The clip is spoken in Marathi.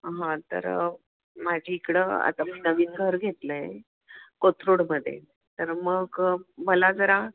हां तर माझी इकडं आता मी नवीन घर घेतलं आहे कोथरूडमध्ये तर मग मला जरा